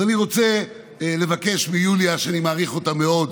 אז אני רוצה לבקש מיוליה, שאני מעריך אותה מאוד,